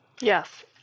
Yes